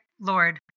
Lord